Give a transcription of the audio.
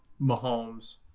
Mahomes